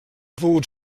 pogut